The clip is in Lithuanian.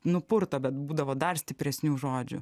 nupurto bet būdavo dar stipresnių žodžių